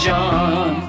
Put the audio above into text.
John